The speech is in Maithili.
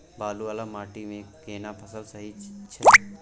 बालू वाला माटी मे केना फसल सही छै?